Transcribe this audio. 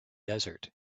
desert